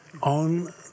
on